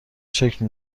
شکل